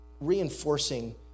reinforcing